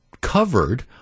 covered